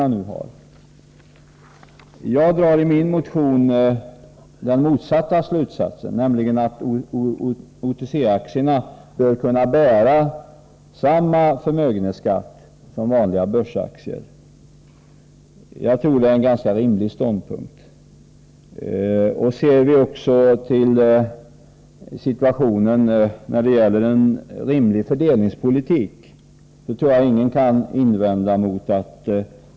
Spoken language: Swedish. I min motion drar jag den motsatta slutsatsen, nämligen att OTC-aktierna bör kunna bära samma förmögenhetsskatt som vanliga börsaktier. Jag tror att det är en ganska rimlig ståndpunkt. Ser man på situationen med tanke på en acceptabel fördelningspolitik, tror jag att ingen kan invända mot mitt resonemang.